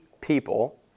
people